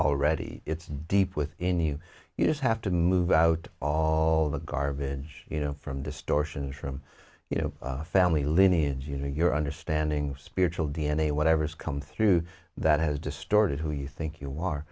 already it's deep within you you just have to move out all the garbage you know from distortions from you know family lineage you to your understanding spiritual d n a whatever's come through that has distorted who you think you are